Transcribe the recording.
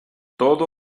todo